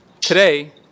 today